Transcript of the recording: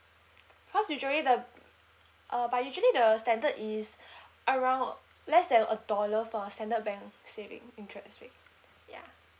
cause usually the uh but usually the standard is around less than a dollar for a standard bank saving interest rate ya